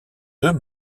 deux